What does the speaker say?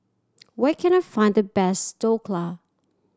where can I find the best Dhokla